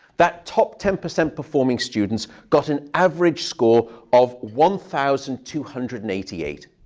that top ten percent performing students got an average score of one thousand two hundred and eighty eight,